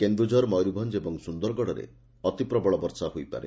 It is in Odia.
କେନ୍ଦୁଝର ମୟରଭଞ୍ ଓ ସୁନ୍ଦରଗଡ଼ରେ ଅତି ପ୍ରବଳ ବର୍ଷା ହୋଇପାରେ